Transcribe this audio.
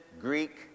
Greek